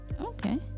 okay